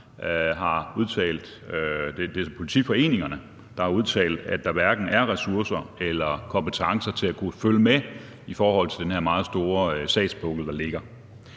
Nordsjælland og på Vestegnen har udtalt, at der hverken er ressourcer eller kompetencer til at kunne følge med i forhold til den her meget store sagspukkel, der ligger.